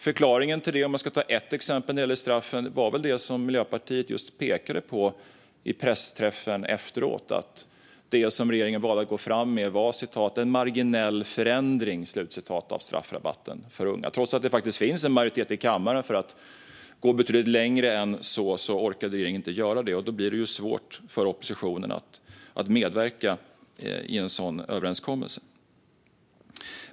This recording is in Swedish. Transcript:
Förklaringen till detta - om jag ska ta ett exempel som gäller straffen - var väl det som Miljöpartiet pekade på vid pressträffen efteråt, nämligen att det som regeringen valde att gå fram med var en "marginell förändring" av straffrabatten för unga. Trots att det faktiskt finns en majoritet i kammaren för att gå betydligt längre orkade regeringen inte göra det. Då blir det svårt för oppositionen att medverka i en överenskommelse.